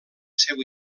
seu